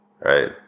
right